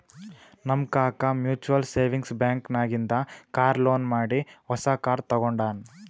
ನಮ್ ಕಾಕಾ mutual savings bank ನಾಗಿಂದೆ ಕಾರ್ ಲೋನ್ ಮಾಡಿ ಹೊಸಾ ಕಾರ್ ತಗೊಂಡಾನ್